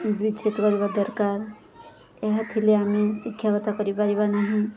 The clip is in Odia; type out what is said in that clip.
ବିଚିତ୍ କରିବା ଦରକାର ଏହା ଥିଲେ ଆମେ ଶିକ୍ଷାଗତ କରିପାରିବା ନାହିଁ